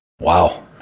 Wow